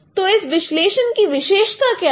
तो इस विश्लेषण की विशेषता क्या है